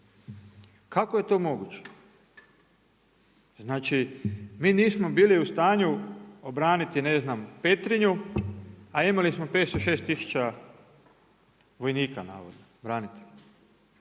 Kako je to moguće? Znači mi nismo bili u stanju obraniti ne znam Petrinju a imali smo 506 tisuća vojnika navodno, branitelja.